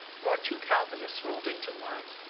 nor two calvinists rolled into one,